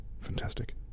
Fantastic